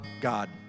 God